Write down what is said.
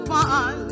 one